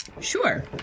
Sure